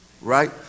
Right